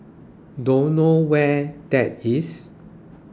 don't know where that is